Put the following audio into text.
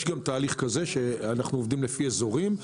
אנחנו עובדים לפי אזורים,